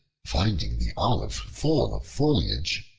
finding the olive full of foliage,